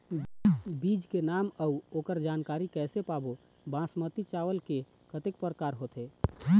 बीज के नाम अऊ ओकर जानकारी कैसे पाबो बासमती चावल के कतेक प्रकार होथे?